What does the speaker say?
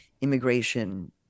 immigration